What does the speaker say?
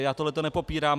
Já tohle nepopírám.